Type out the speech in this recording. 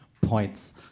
Points